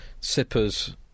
Sippers